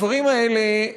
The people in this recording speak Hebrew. הדברים האלה,